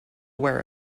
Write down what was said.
wear